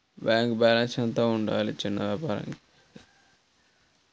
Bank balance ఎంత ఉండాలి చిన్న వ్యాపారానికి?